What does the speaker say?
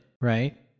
right